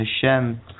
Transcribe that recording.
Hashem